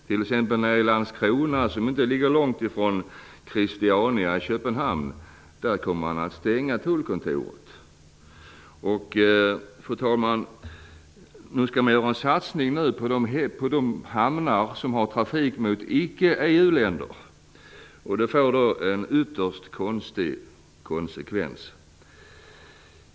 T.ex. i Landskrona, som inte ligger långt från Fru talman! Nu skall man göra en satsning på de hamnar som har trafik mot icke-EU-länder. Det får en ytterst konstig konsekvens.